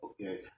Okay